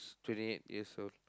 twenty eight years old